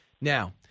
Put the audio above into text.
Now